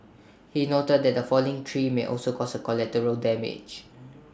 he noted that A falling tree may also cause collateral damage